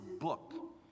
book